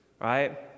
Right